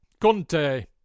Conte